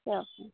অঁ